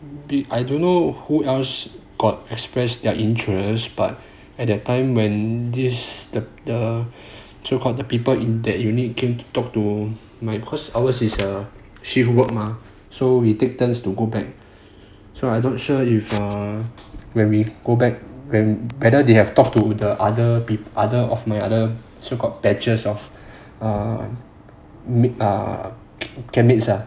I don't know who else got expressed their interest but at that time when this the the so called the people in that unit came to talk to my because ours is a shift work mah so we take turns to go back so I'm not sure if err when we go back when whether they have talked to the other other of my other so called batches ah err camp mates ah